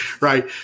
Right